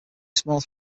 small